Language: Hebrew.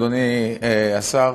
אדוני השר,